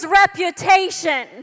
reputation